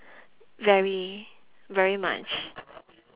very very much